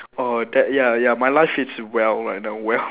orh that ya ya my life is well right now well